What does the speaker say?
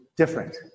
Different